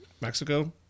Mexico